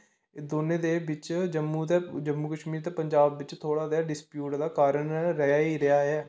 दोने दे बिच जम्मू ते जम्मू कशमीर ते पंजाब बिच थ्होड़ा जेहा डिस्पयूट दा कारण रेहा ही रेहा ऐ